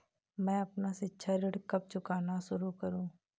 मैं अपना शिक्षा ऋण कब चुकाना शुरू करूँ?